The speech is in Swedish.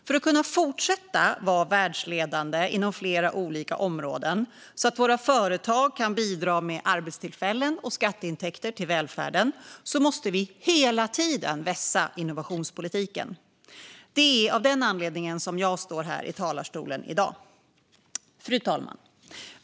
För att kunna fortsätta att vara världsledande inom flera olika områden, så att våra företag kan bidra med arbetstillfällen och skatteintäkter till välfärden, måste vi hela tiden vässa innovationspolitiken. Det är av den anledningen jag står här i talarstolen i dag. Fru talman!